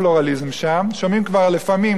שומעים כבר לפעמים גם קולות אחרים.